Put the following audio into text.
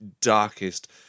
darkest